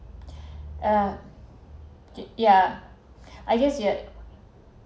uh yeah I just yeah